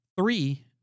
three